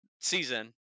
season